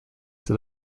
that